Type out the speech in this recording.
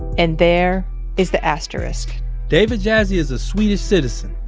and there is the asterisk david jassy is a swedish citizen.